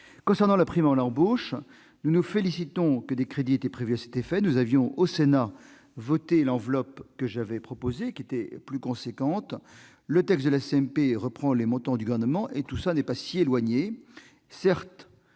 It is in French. Concernant la prime à l'embauche, nous nous félicitons que des crédits aient été prévus à cet effet. Le Sénat avait voté l'enveloppe que j'avais proposée, qui était un peu plus importante. Le texte de la CMP reprend les montants du Gouvernement, qui ne sont pas si éloignés. Certes,